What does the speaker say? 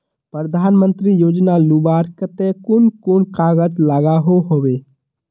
प्रधानमंत्री योजना लुबार केते कुन कुन कागज लागोहो होबे?